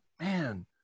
man